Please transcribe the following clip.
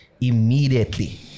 Immediately